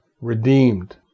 redeemed